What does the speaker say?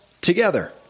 together